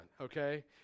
okay